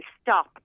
stop